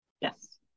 Yes